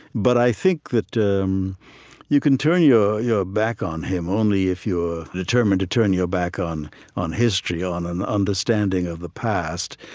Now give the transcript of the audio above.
but i think that um you can turn your your back on him only if you are determined to turn your back on on history, on an understanding of the past,